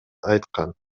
айткан